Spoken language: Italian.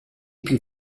più